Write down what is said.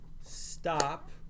stop